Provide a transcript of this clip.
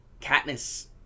Katniss